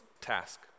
task